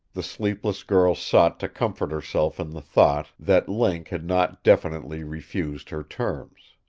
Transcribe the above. the sleepless girl sought to comfort herself in the thought that link had not definitely refused her terms.